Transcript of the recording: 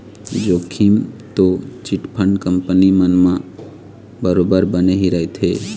जोखिम तो chit fund company मन म बरोबर बने ही रहिथे